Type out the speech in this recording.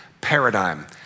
paradigm